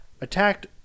attacked